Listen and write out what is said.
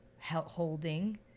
holding